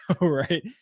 right